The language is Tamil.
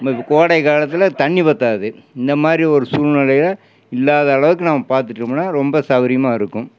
கோடை காலத்தில் தண்ணிர் பற்றாது இந்த மாதிரி ஒரு சூழ்நெல இல்லாத அளவுக்கு நம்ம பார்த்துட்டு இருக்கணும் ரொம்ப சவுகரியமா இருக்கும்